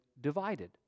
divided